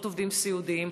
פחות עובדים סיעודיים.